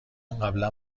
قبلا